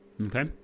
Okay